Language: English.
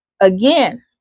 again